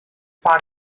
part